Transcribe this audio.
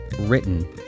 written